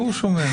הוא שומע.